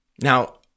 Now